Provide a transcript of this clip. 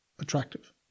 attractive